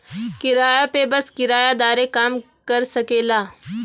किराया पे बस किराएदारे काम कर सकेला